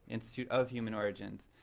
institute of human origins.